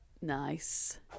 Nice